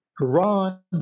Iran